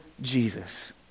Jesus